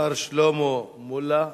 מר שלמה מולה,